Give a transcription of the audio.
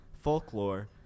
folklore